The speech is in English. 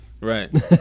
Right